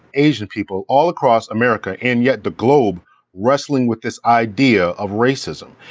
asian people all across america and yet the globe wrestling with this idea of racism.